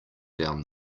down